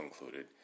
included